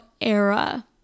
era